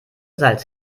salz